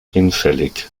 hinfällig